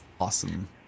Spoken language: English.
awesome